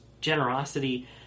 generosity